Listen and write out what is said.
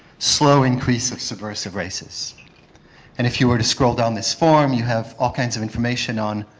slow increase of subversive races and if you were to scroll down this form you have all kinds of information on